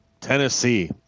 Tennessee